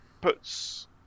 puts